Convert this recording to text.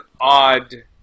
odd